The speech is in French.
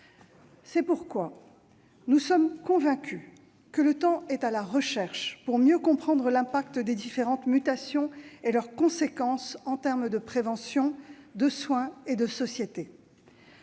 C'est pourquoi nous sommes convaincus que le temps est à la recherche pour mieux comprendre l'impact des différentes mutations et leurs conséquences en termes de prévention, de soins et de société.